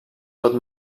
tot